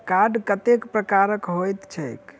Card कतेक प्रकारक होइत छैक?